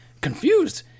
confused